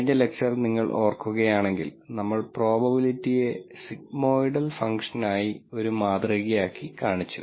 കഴിഞ്ഞ ലെക്ച്ചർ നിങ്ങൾ ഓർക്കുകയാണെങ്കിൽ നമ്മൾ പ്രോബബിലിറ്റിയെ സിഗ്മോയ്ഡൽ ഫംഗ്ഷനായി ഒരു മാതൃകയാക്കി